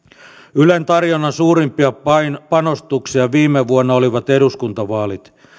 ylen tarjonnan suurimpia panostuksia viime vuonna olivat eduskuntavaalit